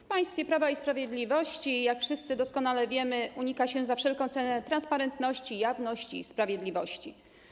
W państwie Prawa i Sprawiedliwości, jak wszyscy doskonale wiemy, unika się za wszelką cenę transparentności, jawności i sprawiedliwości.